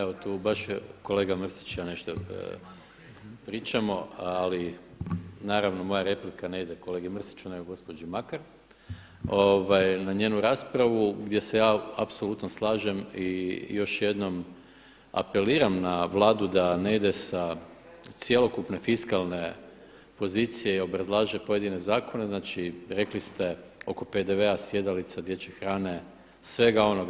Hvala lijepo, evo tu baš kolega Mrsić i ja nešto pričamo ali naravno moja replika ne ide kolegi Mrsiću nego gospođi Makar na njenu raspravu gdje se ja apsolutno slažem i još jednom apeliram na Vladu da ne ide sa cjelokupne fiskalne pozicije i obrazlaže pojedine zakone, znači rekli ste oko PDV-a, sjedalica, dječje hrane, svega onoga.